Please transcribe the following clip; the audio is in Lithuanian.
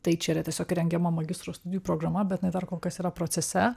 tai čia yra tiesiog rengiama magistro studijų programa bet jinai dar kol kas yra procese